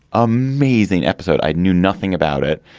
amazing episode. i knew nothing about it.